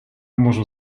можу